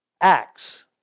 acts